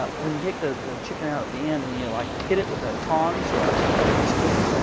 ah when you take the chicken out at the end, and you like hit it with a tongs or a spoon,